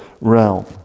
realm